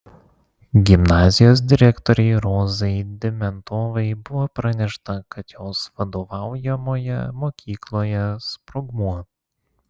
gimnazijos direktorei rozai dimentovai buvo pranešta kad jos vadovaujamoje mokykloje sprogmuo